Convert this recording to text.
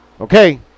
okay